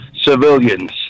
civilians